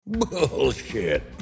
Bullshit